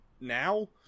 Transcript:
Now